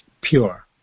pure